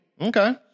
okay